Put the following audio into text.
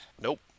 Nope